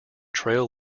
trail